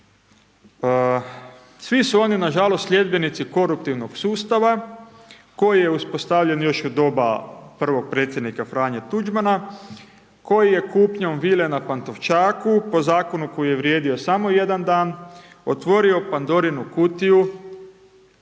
Svi su oni nažalost, sljedbenici koruptivnog sustava, koji je uspostavljen još u doba prvog predsjednika Franje Tuđmana, koji je kupnjom vile na Pantovčaku, po zakonu koji je vrijedio samo jedan dan, otvorio Pandorinu kutiju